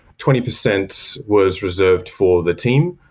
twenty percent was reserved for the team,